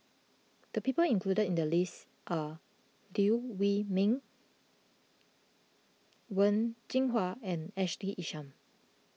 the people included in the list are Liew Wee Mee Wen Jinhua and Ashley Isham